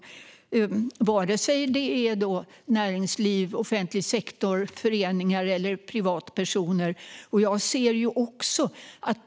Det gäller vare sig det är näringsliv, offentlig sektor, föreningar eller privatpersoner.